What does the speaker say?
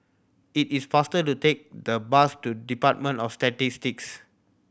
it is faster to take the bus to Department of Statistics